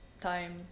time